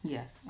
Yes